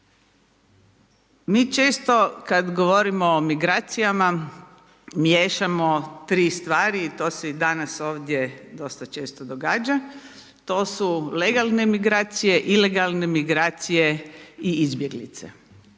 Mi često kada govorimo o migracijama miješamo 3 stvari, to se i danas ovdje dosta često događa. To su legalne migracije, ilegalne migracije i izbjeglice.